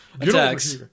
attacks